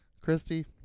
Christy